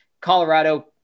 Colorado